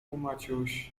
maciuś